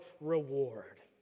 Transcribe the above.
reward